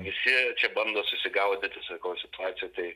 visi čia bando susigaudyti sakau situacijoj tai